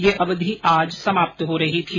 यह अवधि आज समाप्त हो रही थी